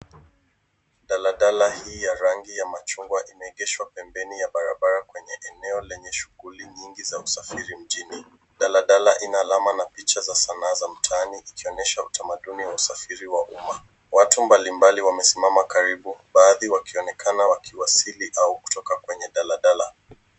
Daladala hii ya rangi ya machungwa imeegeshwa pembeni ya barabara kwenye eneo lenye shughuli nyingi za usafiri mjini. Daladala ina alama na picha za sanaa ya mtaani ikionyesha utamaduni na usafiri wa umma. Watu mbalimbali wamesimama karibu baadhi wakionekana wakiwasili au kutoka kwenye daladala.